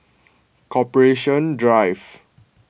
Corporation Drive